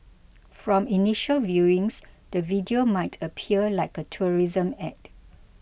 from initial viewings the video might appear like a tourism ad